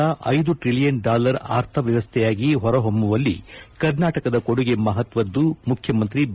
ರಾಷ್ಷ ಐದು trillion dollar ಅರ್ಥವ್ಯವಸ್ಥೆಯಾಗಿ ಹೊರಹೊಮ್ಮುವಲ್ಲಿ ಕರ್ನಾಟಕದ ಕೊಡುಗೆ ಮಹತ್ವದ್ದು ಮುಖ್ಯಮಂತ್ರಿ ಬಿ